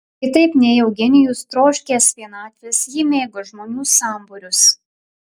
kitaip nei eugenijus troškęs vienatvės ji mėgo žmonių sambūrius